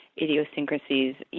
idiosyncrasies